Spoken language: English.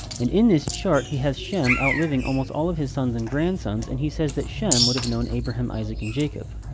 and in this chart, he has shem out living almost all of his sons and grandsons. and he says that shem would have known abraham, isaac, and jacob.